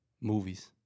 Movies